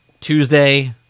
Tuesday